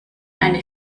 eine